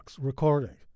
recording